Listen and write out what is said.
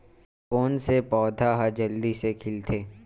कोन से पौधा ह जल्दी से खिलथे?